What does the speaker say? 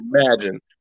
imagine